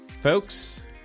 Folks